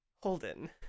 Holden